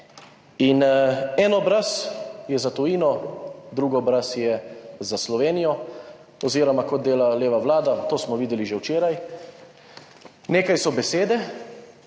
In en obraz je za tujino, drug obraz je za Slovenijo oziroma kot dela leva Vlada, to smo videli že včeraj, nekaj so besede,